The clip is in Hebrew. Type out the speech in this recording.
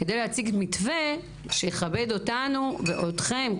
כדי להציג מתווה שיכבד אותנו ואתכם,